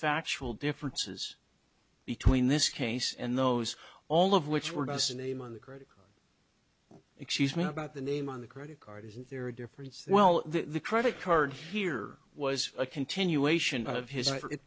factual differences between this case and those all of which were doesn't name on the credit excuse me about the name on the credit card isn't there a difference well the credit card here was a continuation of his